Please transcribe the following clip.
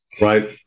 Right